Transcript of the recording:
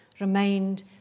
remained